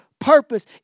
purpose